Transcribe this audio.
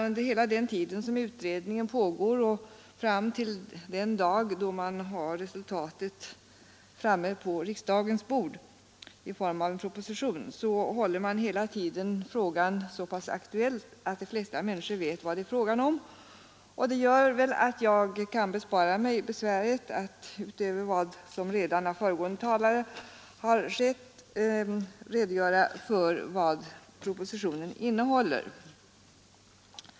Under hela den tid som utredningen pågår och fram till den dag då resultatet ligger på riksdagens bord i form av en proposition hålles frågan så aktuell, att de flesta människor vet vad saken gäller. Det gör att jag kan bespara mig besväret att utöver vad redan föregående talare har sagt redogöra för vad propositionen innehåller.